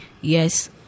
Yes